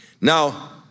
Now